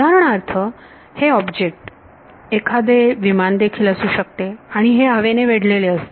उदाहरणार्थ हे ऑब्जेक्ट एखादे विमान देखील असू शकते आणि ते हवेने वेढलेले असते